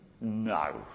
No